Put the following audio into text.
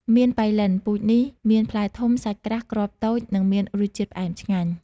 មៀនប៉ៃលិន ពូជនេះមានផ្លែធំ សាច់ក្រាស់ គ្រាប់តូច និងមានរសជាតិផ្អែមឆ្ងាញ់។